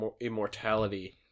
immortality